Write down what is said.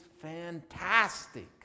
fantastic